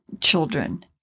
children